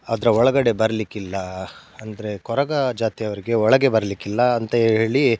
ಅದರ ಒಳಗಡೆ ಬರಲಿಕ್ಕಿಲ್ಲ ಅಂದರೆ ಕೊರಗ ಜಾತಿಯವರಿಗೆ ಒಳಗೆ ಬರಲಿಕ್ಕಿಲ್ಲ ಅಂತ ಹೇಳಿ